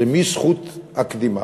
למי זכות הקדימה?